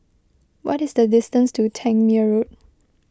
what is the distance to Tangmere Road